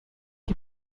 die